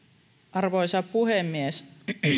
arvoisa puhemies